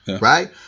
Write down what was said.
Right